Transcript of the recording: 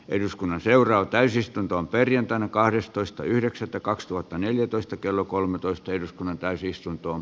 eduskunnan seuraa täysistuntoon perjantaina kahdestoista yhdeksättä kaksituhattaneljätoistakello kolmetoista hyvin kannatettava